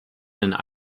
and